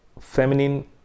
feminine